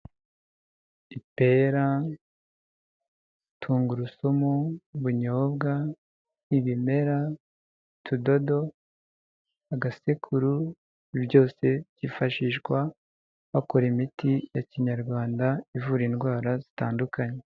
Ipera, tungurusumu, ubunyobwa, ibimera, utudodo, agasekuru, ibi byose byifashishwa bakora imiti ya kinyarwanda ivura indwara zitandukanye.